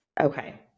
Okay